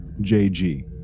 jg